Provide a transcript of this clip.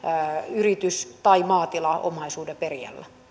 yritys tai maatilaomaisuuden perijällä